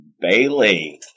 Bailey